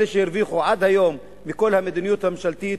אלה שהרוויחו עד היום מכל המדיניות הממשלתית,